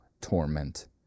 torment